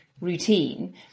routine